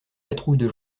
patrouilles